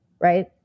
Right